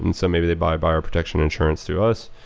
and so maybe they buy a buyer protection insurance through us,